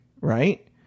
Right